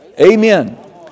Amen